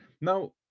now